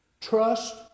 Trust